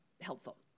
helpful